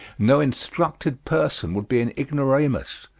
no instructed person would be an ignoramus,